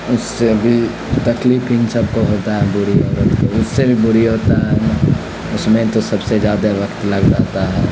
اس سے بھی تکلیف ان سب کو ہوتا ہے بوڑھی عورت کو اس سے بھی بوڑھی ہوتا ہے اس میں تو سب سے زیادہ وقت لگ جاتا ہے